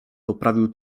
poprawił